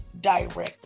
directly